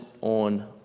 on